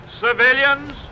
civilians